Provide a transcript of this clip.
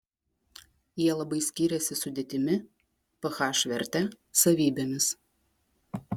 jie labai skiriasi sudėtimi ph verte savybėmis